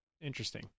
Interesting